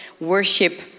Worship